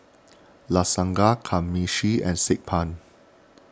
Lasagna Kamameshi and Saag Paneer